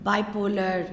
Bipolar